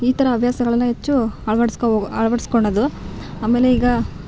ಈ ಥರ ಹವ್ಯಾಸಗಳನ್ನು ಹೆಚ್ಚು ಆಳ್ವಡ್ಸ್ಕೋ ಆಳ್ವಡ್ಸ್ಕೋಳದು ಆಮೇಲೆ ಈಗ